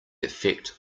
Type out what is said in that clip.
effect